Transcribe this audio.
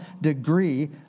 degree